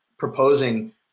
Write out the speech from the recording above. proposing